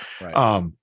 Right